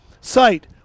site